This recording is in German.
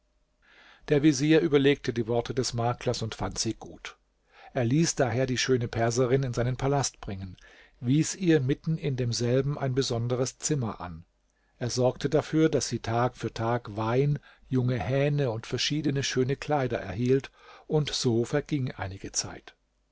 der vezier überlegte die worte des maklers und fand sie gut er ließ daher die schöne perserin in seinen palast bringen wies ihr mitten in demselben ein besonderes zimmer an er sorgte dafür daß sie tag für tag wein junge hähne und verschiedene schöne kleider erhielt und so verging einige zeit